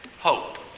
hope